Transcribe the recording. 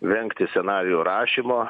rengti scenarijų rašymo